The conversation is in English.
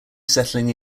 settling